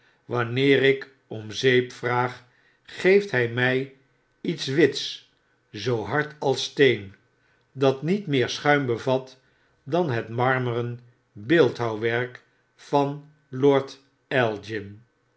wanneer ik om zeep vraag geeft hy my iets wits zoo hard als steen dat niet meer schuim bevat dan het marmeren beeldhouwwerk van lord elgin